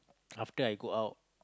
after I go out